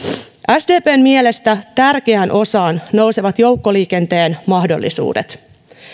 sdpn mielestä tärkeään osaan nousevat joukkoliikenteen mahdollisuudet